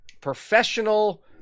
professional